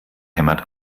hämmert